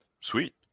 Sweet